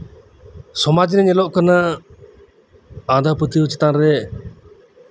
ᱥᱚᱢᱟᱡ ᱨᱮ ᱧᱮᱞᱚᱜ ᱠᱟᱱᱟ ᱟᱫᱷᱟ ᱯᱟᱹᱛᱭᱟᱹᱣ ᱦᱩᱭᱩᱜ ᱠᱟᱱᱟ